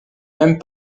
même